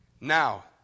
Now